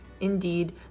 Indeed